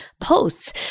posts